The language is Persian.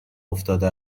افتاده